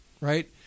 right